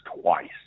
twice